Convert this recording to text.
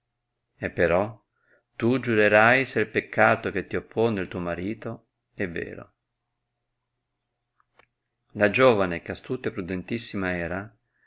e però tu giurerai se il peccato che ti oppone il tuo marito è vero la giovane che astuta e prudentissima era